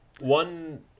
one